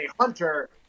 hunter